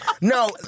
No